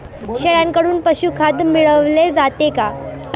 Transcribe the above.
शेळ्यांकडून पशुखाद्य मिळवले जाते का?